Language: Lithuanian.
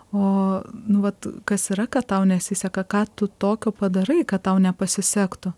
o nu vat kas yra kad tau nesiseka ką tu tokio padarai kad tau nepasisektų